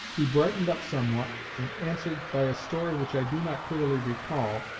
he brightened up somewhat, and answered by a story which i do not clearly recall,